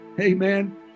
Amen